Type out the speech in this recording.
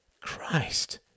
Christ